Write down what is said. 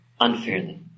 unfairly